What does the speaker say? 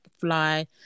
fly